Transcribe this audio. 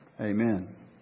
Amen